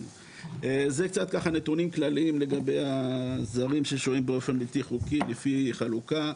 אלו קצת נתונים כללים לגבי הזרים ששוהים באופן בלתי חוקי לפי חלוקה.